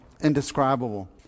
indescribable